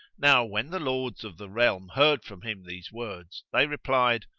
now when the lords of the realm heard from him these words, they replied,